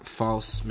false